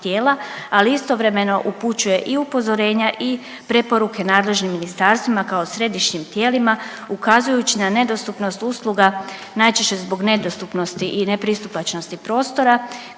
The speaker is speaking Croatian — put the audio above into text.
ali istovremeno upućuje i upozorenja i preporuke nadležnim ministarstvima kao središnjim tijelima ukazujući na nedostupnost usluga najčešće zbog nedostupnosti i nepristupačnosti prostora